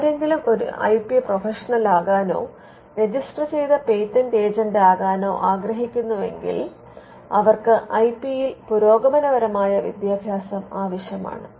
ആരെങ്കിലും ഒരു I P പ്രൊഫഷണലാകാനോ രജിസ്റ്റർ ചെയ്ത പേറ്റന്റ് ഏജന്റാകാനോ ആഗ്രഹിക്കുന്നുവെങ്കിൽ അവർക്ക് ഐ പിയിൽ പുരോഗമനപരമായ വിദ്യാഭ്യാസം ആവശ്യമാണ്